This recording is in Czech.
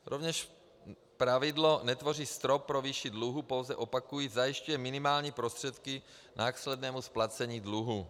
Rovněž pravidlo netvoří strop pro výši dluhu, pouze, opakuji, zajišťuje minimální prostředky k následnému splacení dluhu.